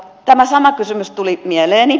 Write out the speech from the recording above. tämä sama kysymys tuli mieleeni